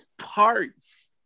parts